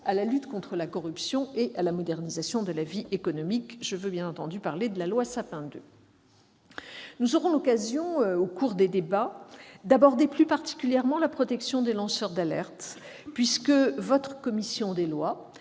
à la lutte contre la corruption et à la modernisation de la vie économique, dite loi Sapin II. Nous aurons l'occasion, au cours des débats, d'aborder plus particulièrement la protection des lanceurs d'alerte, puisque votre commission des lois